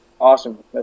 Awesome